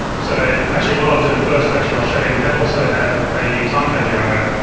so actually what i'll do first actually i'll show you we have also have a new timecode generator,